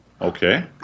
okay